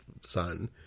son